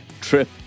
trip